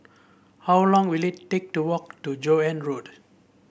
how long will it take to walk to Joan Road